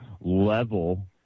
level